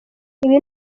ibi